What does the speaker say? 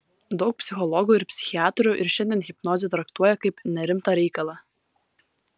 daug psichologų ir psichiatrų ir šiandien hipnozę traktuoja kaip nerimtą reikalą